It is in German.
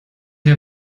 der